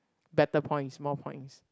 better points more points